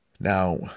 Now